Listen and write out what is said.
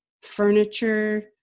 furniture